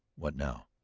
what now?